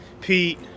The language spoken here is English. Pete